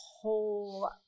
whole